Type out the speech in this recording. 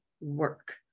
work